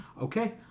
okay